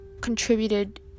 contributed